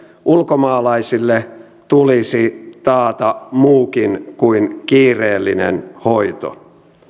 ulkomaalaisille tulisi taata muukin kuin kiireellinen hoito